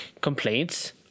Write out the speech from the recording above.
complaints